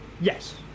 yes